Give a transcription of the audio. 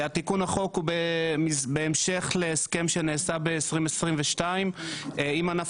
תיקון החוק הוא בהמשך להסכם שנעשה ב-2022 עם ענף